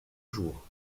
jour